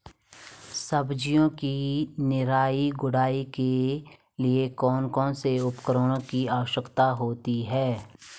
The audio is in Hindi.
सब्जियों की निराई गुड़ाई के लिए कौन कौन से उपकरणों की आवश्यकता होती है?